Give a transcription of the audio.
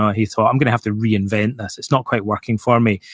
ah he thought, i'm going to have to reinvent this. it's not quite working for me.